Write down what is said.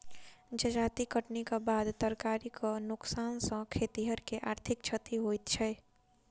जजाति कटनीक बाद तरकारीक नोकसान सॅ खेतिहर के आर्थिक क्षति होइत छै